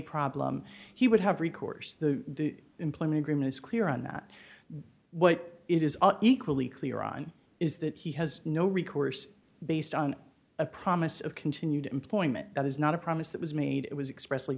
problem he would have recourse the employment agreement is clear on that what it is equally clear on is that he has no recourse based on a promise of continued employment that is not a promise that was made it was express